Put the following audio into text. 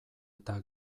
eta